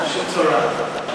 שטרן.